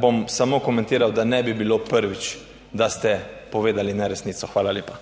bom samo komentiral, da ne bi bilo prvič, da ste povedali neresnico. Hvala lepa.